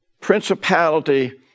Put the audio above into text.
principality